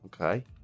Okay